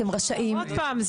אתם רשאים --- עוד פעם,